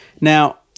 now